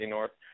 North